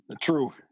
True